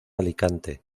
alicante